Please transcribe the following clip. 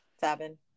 seven